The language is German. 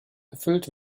erfüllt